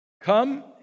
Come